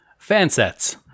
Fansets